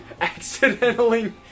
accidentally